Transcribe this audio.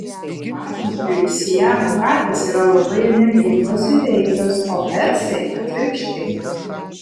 pavyzdžiui siamo katės yra labai energingos ir reiklios o persai atvirkščiai